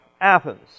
Athens